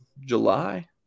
July